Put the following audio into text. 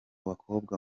bakobwa